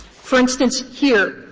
for instance, here,